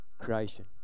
creation